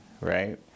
right